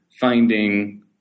Finding